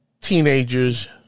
teenagers